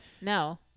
no